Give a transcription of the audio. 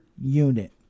Unit